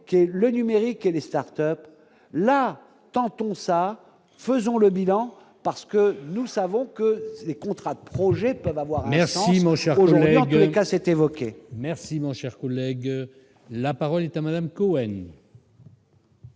évoqué, le numérique et les Start-Up la tentons ça, faisons le bilan parce que nous savons que les contrats de projets peuvent avoir merci mon cher aujourd'hui, en tous les cas c'est évoquée. Merci mon cher collègue, la parole est à madame Cohen.